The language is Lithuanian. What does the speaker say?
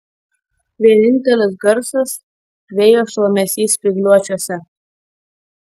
vienintelis garsas vėjo šlamesys spygliuočiuose